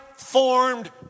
formed